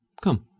Come